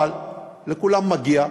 אבל לכולם מגיע.